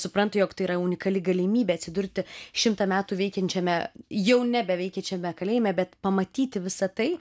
supranta jog tai yra unikali galimybė atsidurti šimtą metų veikiančiame jau nebeveikiačiame kalėjime bet pamatyti visa tai